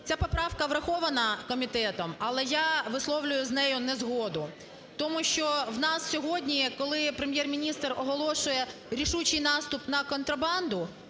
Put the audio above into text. Ця поправка врахована комітетом, але я висловлюю з нею незгоду. Тому що в нас сьогодні, коли Прем'єр-міністр оголошує рішучий наступ на контрабанду,